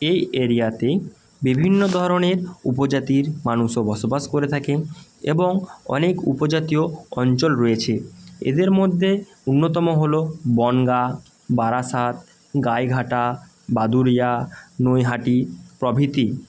এই এরিয়াতে বিভিন্ন ধরনের উপজাতির মানুষও বসবাস করে থাকেন এবং অনেক উপজাতীয় অঞ্চল রয়েছে এদের মধ্যে অন্যতম হলো বনগাঁ বারাসাত গাইঘাটা বাদুড়িয়া নৈহাটি প্রভৃতি